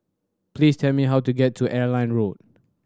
please tell me how to get to Airline Road